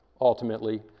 ultimately